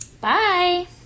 Bye